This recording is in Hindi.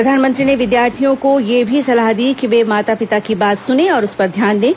प्रधानमंत्री ने विद्यार्थियों को यह भी सलाह दी कि वे माता पिता की बात सुने और उस पर ध्यान दें